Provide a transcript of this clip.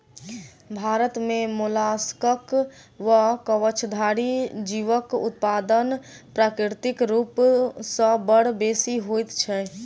भारत मे मोलास्कक वा कवचधारी जीवक उत्पादन प्राकृतिक रूप सॅ बड़ बेसि होइत छै